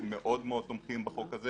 אנחנו מאוד מאוד תומכים בחוק הזה